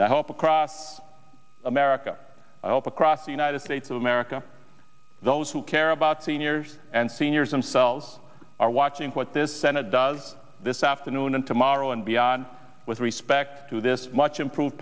and i hope across america across the united states of america those who care about seniors and seniors themselves are watching what this senate does this afternoon and tomorrow and beyond with respect to this much improve